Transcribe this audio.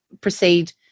proceed